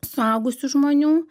suaugusių žmonių